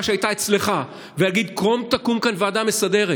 שהייתה אצלך ולהגיד: קום תקום כאן ועדה מסדרת.